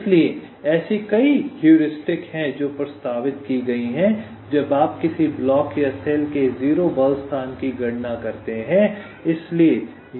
इसलिए ऐसी कई हेउरिस्टिक हैं जो प्रस्तावित की गई हैं कि जब आप किसी ब्लॉक या सेल के 0 बल स्थान की गणना करते हैं